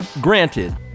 granted